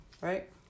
right